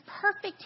perfect